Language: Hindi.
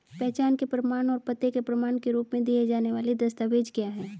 पहचान के प्रमाण और पते के प्रमाण के रूप में दिए जाने वाले दस्तावेज क्या हैं?